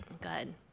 good